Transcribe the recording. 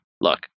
look